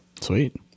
Sweet